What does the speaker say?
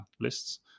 lists